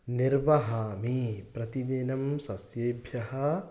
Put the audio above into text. निर्वहामि प्रतिदिनं सस्येभ्यः